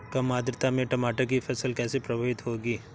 कम आर्द्रता में टमाटर की फसल कैसे प्रभावित होगी?